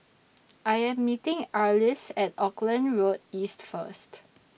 I Am meeting Arlis At Auckland Road East First